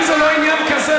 אם זה לא עניין כזה,